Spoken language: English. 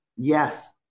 yes